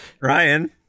Ryan